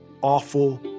awful